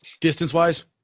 Distance-wise